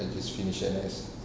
I just finish N_S